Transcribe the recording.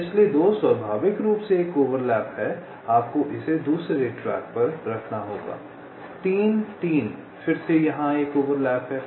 इसलिए 2 स्वाभाविक रूप से एक ओवरलैप है आपको इसे दूसरे ट्रैक पर रखना होगा 3 3 फिर से यहां एक ओवरलैप है